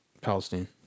Palestine